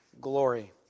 glory